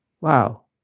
Wow